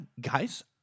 guys